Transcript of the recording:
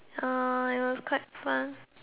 uh it was quite fun